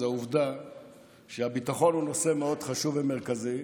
וזו העובדה שהביטחון הוא נושא מאוד חשוב ומרכזי,